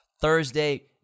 thursday